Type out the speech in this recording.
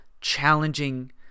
challenging